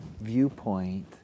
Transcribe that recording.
viewpoint